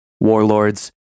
warlords